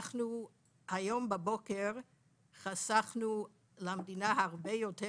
היום בבוקר אנחנו חסכנו למדינה הרבה יותר,